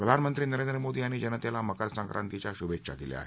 प्रधानमंत्री नरेंद्र मोदी यांनी जनतेला मकर संक्रांतीच्या शुभेच्छा दिल्या आहेत